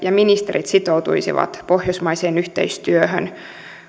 ja ministerit sitoutuisivat pohjoismaiseen yhteistyöhön